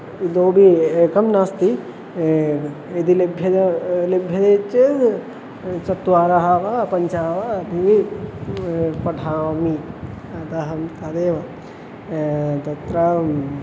इतोपि एकं नास्ति यदि लभ्यते लेभ्यते चेद् चत्वारः वा पञ्चः वा भिवि पठामि अतः अहं तदेव तत्र